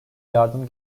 yardım